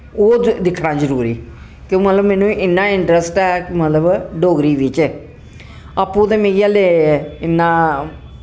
ओह् दिक्खना जरूरी कि मतलब मैनु इन्नां इंटरस्ट ऐ मतलव डोगरी बिच्च आप्पू ते मिगी हालें इन्ना